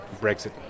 Brexit